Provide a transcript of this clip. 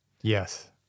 Yes